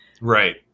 Right